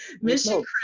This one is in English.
Mission